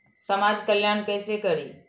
समाज कल्याण केसे करी?